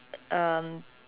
um